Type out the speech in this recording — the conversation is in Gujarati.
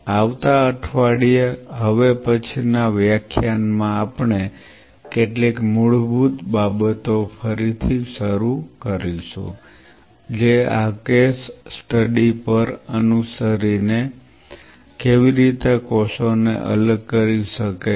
આવતા અઠવાડિયે હવે પછીના વ્યાખ્યાન માં આપણે કેટલીક મૂળભૂત બાબતો ફરીથી શરૂ કરીશું જે આ કેસ સ્ટડી પર અનુસરીને કેવી રીતે કોષોને અલગ કરી શકે છે